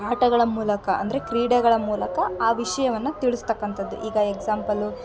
ಆಟಗಳ ಮೂಲಕ ಅಂದರೆ ಕ್ರೀಡೆಗಳ ಮೂಲಕ ಆ ವಿಷಯವನ್ನ ತಿಳ್ಸ್ತಕ್ಕಂಥದ್ದು ಈಗ ಎಕ್ಸಾಮ್ಪಲ್ಲು